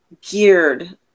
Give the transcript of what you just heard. geared